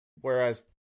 Whereas